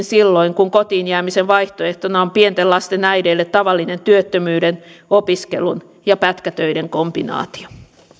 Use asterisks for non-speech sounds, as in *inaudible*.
*unintelligible* silloin kun kotiin jäämisen vaihtoehtona on pienten lasten äideille tavallinen työttömyyden opiskelun ja pätkätöiden kombinaatio